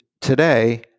today